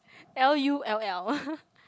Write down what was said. L_U_L_L